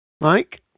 Mike